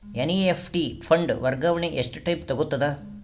NEFT fund ವರ್ಗಾವಣೆ ಎಷ್ಟ time ತೋಗೊತದ?